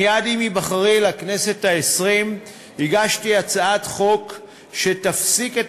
מייד עם היבחרי לכנסת העשרים הגשתי הצעת חוק שתפסיק את